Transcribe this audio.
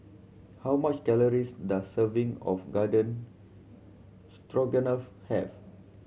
how much calories does serving of Garden Stroganoff have